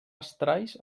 estralls